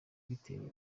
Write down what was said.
bitera